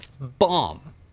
bomb